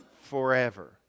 forever